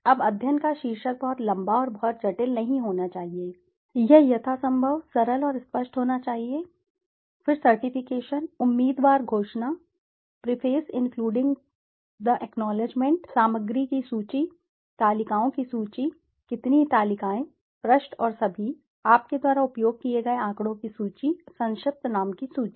अब अध्ययन का शीर्षक बहुत लंबा और बहुत जटिल नहीं होना चाहिए यह यथासंभव सरल और स्पष्ट होना चाहिए फिर सर्टिफिकेशन उम्मीदवार घोषणा प्रीफेस इंक्लूडिंग द एक्नॉलेजमेंट सामग्री की सूची तालिकाओं की सूची कितनी तालिकाएँ पृष्ठ और सभी आपके द्वारा उपयोग किए गए आंकड़ों की सूची संक्षिप्त नाम की सूची